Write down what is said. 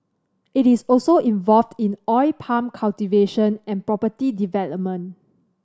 it is also involved in oil palm cultivation and property development